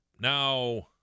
Now